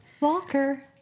Walker